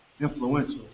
influential